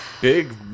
big